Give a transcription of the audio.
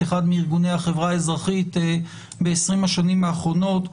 אחד מארגוני החברה האזרחית בעשרים השנים האחרונות,